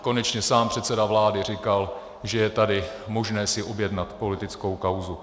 Konečně sám předseda vlády říkal, že je tady možné si objednat politickou kauzu.